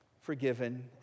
forgiven